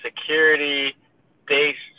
security-based